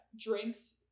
drinks